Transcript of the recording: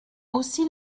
aussi